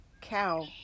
cow